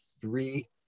three